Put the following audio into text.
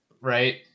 Right